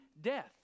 death